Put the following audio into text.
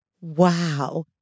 Wow